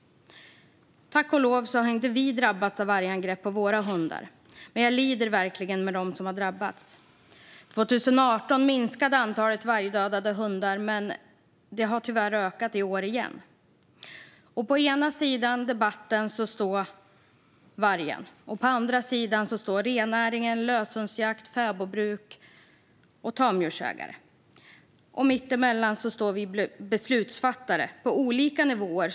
Tack och lov har vi inte drabbats av vargangrepp på våra hundar, men jag lider verkligen med dem som har drabbats. År 2018 minskade antalet vargdödade hundar, men det har tyvärr ökat i år igen. På ena sidan debatten står vargen. På andra sidan står rennäring, löshundsjakt, fäbodbruk och tamdjursägare. Mitt emellan står vi beslutsfattare på olika nivåer.